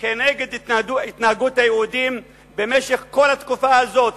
כנגד התנהגות היהודים במשך כל התקופה הזאת,